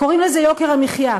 קוראים לזה יוקר המחיה.